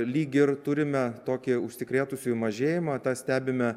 lyg ir turime tokį užsikrėtusiųjų mažėjimą tą stebime